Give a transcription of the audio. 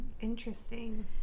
interesting